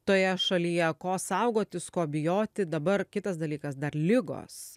toje šalyje ko saugotis ko bijoti dabar kitas dalykas dar ligos